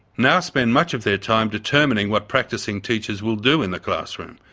now spend much of their time determining what practising teachers will do in the classroom.